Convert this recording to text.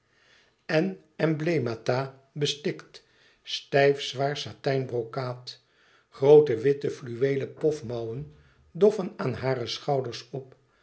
en emblemata bestikt stijfzwaar satijnbrokaat groote witte fluweelen pofmouwen doffen aan hare schouders op